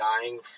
dying